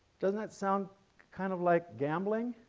doesn't that sound kind of like gambling?